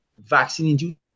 vaccine-induced